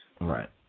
Right